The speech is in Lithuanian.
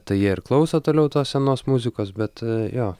tai jie ir klauso toliau tos senos muzikos bet jo